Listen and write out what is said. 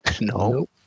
No